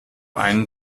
einen